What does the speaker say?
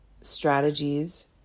strategies